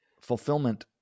Fulfillment